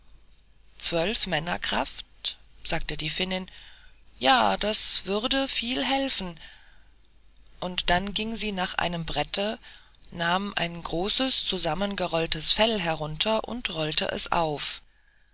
zwölf männer kraft sagte die finnin ja das würde viel helfen und dann ging sie nach einem brette nahm ein großes zusammengerolltes fell hervor und rollte es auf